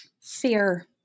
fear